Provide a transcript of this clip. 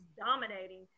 dominating